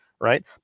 right